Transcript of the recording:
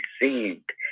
received